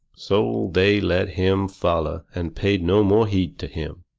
so they let him foller and paid no more heed to him.